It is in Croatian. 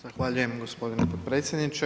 Zahvaljujem gospodine potpredsjedniče.